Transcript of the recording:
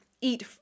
eat